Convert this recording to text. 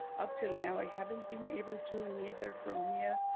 up till now i haven't been able to neither from here,